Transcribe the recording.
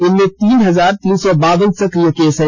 इनमें तीन हजार तीन सौ बावन सक्रिय केस हैं